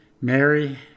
Mary